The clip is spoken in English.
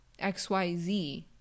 xyz